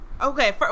Okay